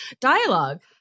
Dialogue